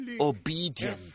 obedient